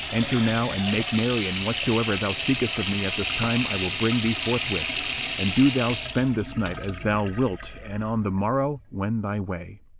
enter now and make merry and whatsoever thou seekest of me at this time i will bring thee forthwith and do thou spend this night as thou wilt and on the morrow wend thy way.